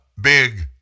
big